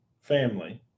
family